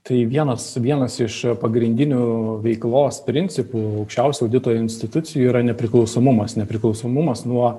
tai vienas vienas iš pagrindinių veiklos principų aukščiausių audito institucijų yra nepriklausomumas nepriklausomumas nuo